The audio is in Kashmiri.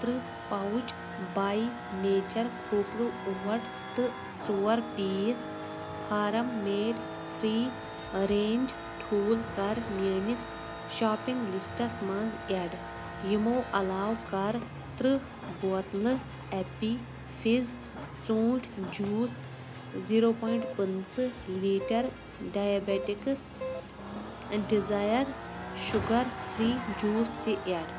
تٕرٛہ پاوُچ بَے نیچَر خوٗپرٕ اوٹ تہٕ ژور piece farm made free range ٹھوٗل کَر میٛٲنِس شاپِنٛگ لِسٹَس منٛز اٮ۪ڈ یِمو علاو کَر تٕرٛہ بوتلہٕ اٮ۪پی فِز ژوٗنٛٹھۍ جوٗس زیٖرو پایِنٛٹ پٕنٛژٕ litre diabetics desire sugar free juice تہِ اٮ۪ڈ